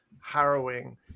harrowing